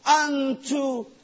unto